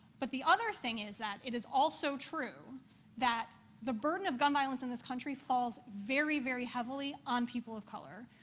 but the other thing is that it is also true that the burden of gun violence in this country falls very, very heavily on people of color.